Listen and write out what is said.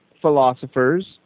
philosophers